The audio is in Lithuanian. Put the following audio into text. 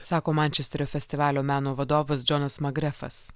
sako mančesterio festivalio meno vadovas džonas magrefas